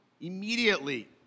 Immediately